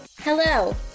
Hello